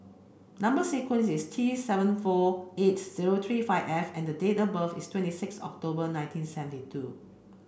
number sequence is T six seven four eight zero three five F and date of birth is twenty six October nineteen seventy two